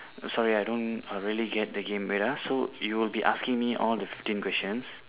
sorry I don't err really get the game wait ah so you will be asking me all the fifteen questions